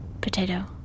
potato